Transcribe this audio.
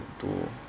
to